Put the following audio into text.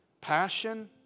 Passion